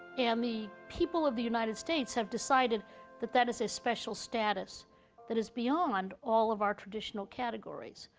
and the people of the united states have decided that that is a special status that is beyond all of our traditional categories.